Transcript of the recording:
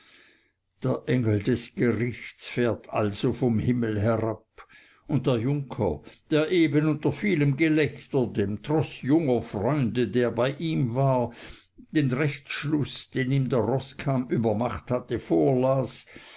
der engel des gerichts fährt also vom himmel herab und der junker der eben unter vielem gelächter dem troß junger freunde der bei ihm war den rechtsschluß den ihm der roßkamm übermacht hatte vorlas